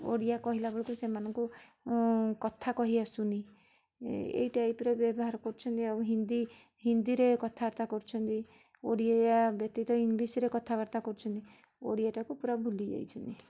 ଓଡ଼ିଆ କହିଲାବେଳକୁ ସେମାନଙ୍କୁ କଥା କହି ଆସୁନି ଏଁ ଏଇ ଟାଇପ୍ ର ବ୍ୟବହାର କରୁଛନ୍ତି ଆଉ ହିନ୍ଦୀ ହିନ୍ଦୀରେ କଥାବାର୍ତ୍ତା କରୁଛନ୍ତି ଓଡ଼ିଆ ବ୍ୟତୀତ ଇଂଲିଶରେ କଥାବାର୍ତ୍ତା କରୁଛନ୍ତି ଓଡ଼ିଆଟାକୁ ପୁରା ଭୁଲି ଯାଇଛନ୍ତି